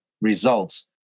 results